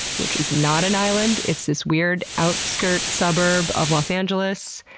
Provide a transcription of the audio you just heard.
which is not an island, it's this weird outskirt suburb of los angeles,